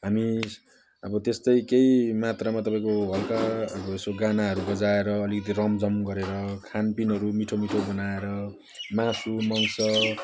अनि अब त्यस्तै केही मात्रामा तपाईँको हल्का गानाहरू बजाएर अलिकति रमझम गरेर खानपिनहरू मिठो मिठो बनाएर अब मासु मांस